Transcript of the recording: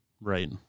Right